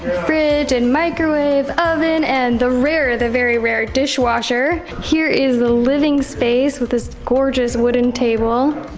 fridge, and microwave oven, and the rare the very rare dishwasher. here is the living space with this gorgeous wooden table.